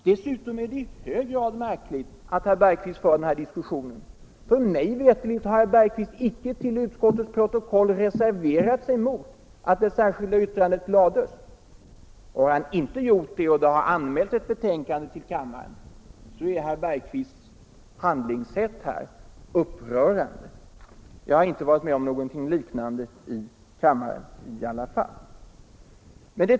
Det är i hög grad märkligt att herr Bergqvist driver den här argumentationen, för mig veterligt har han icke till utskottets protokoll reserverat sig mot att det särskilda yttrandet avgavs. Har herr Bergqvist inte gjort det och har det anmälts ett betänkande till kammaren, då är hans handlingssätt här upprörande. Jag har i alla fall inte varit med om någonting liknande.